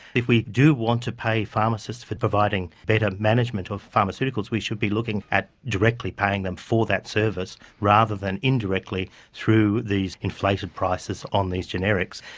if we do want to pay pharmacists for providing better management of pharmaceuticals, we should be looking at directly paying them for that service, rather than indirectly through these inflated prices on these generics.